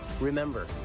Remember